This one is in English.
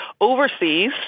overseas